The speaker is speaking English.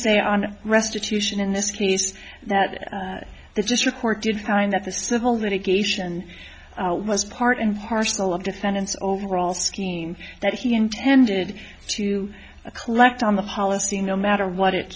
say on restitution in this case that the district court did find that the civil litigation was part and parcel of defendant's overall scheme that he intended to collect on the policy no matter what it